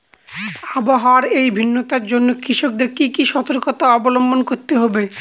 আবহাওয়ার এই ভিন্নতার জন্য কৃষকদের কি কি সর্তকতা অবলম্বন করতে হবে?